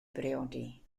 briodi